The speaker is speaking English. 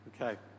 Okay